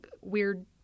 weird